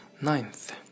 Ninth